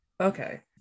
okay